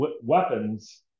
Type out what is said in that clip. weapons